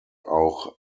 auch